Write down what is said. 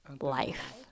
life